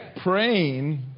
Praying